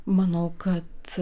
manau kad